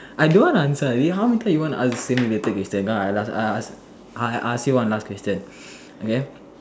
I don't want to answer how many time you want to ask the same related question come I ask I ask you one last question okay